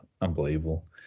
unbelievable